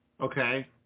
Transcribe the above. okay